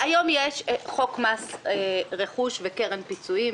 היום יש את חוק מס רכוש וקרן פיצויים,